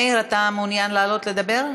מאיר, אתה מעוניין לעלות לדבר?